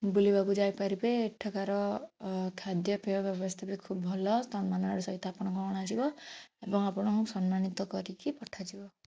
ବୁଲିବାକୁ ଯାଇପାରିବେ ଏଠାକାର ଖାଦ୍ୟପେୟ ବ୍ୟବସ୍ଥା ବି ଖୁବ ଭଲ ସମ୍ମାନର ସହିତ ଆପଣଙ୍କୁ ଅଣାଯିବ ଏବଂ ଆପଣଙ୍କୁ ସମ୍ମାନିତ କରିକି ପଠାଯିବ